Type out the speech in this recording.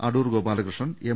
Adoor Gopalakrishnan M